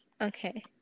Okay